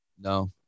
No